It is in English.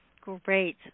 Great